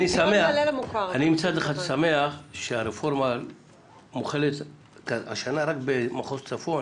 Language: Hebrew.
מצד אחד אני שמח שהרפורמה מוחלת השנה רק במחוז צפון,